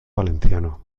valenciano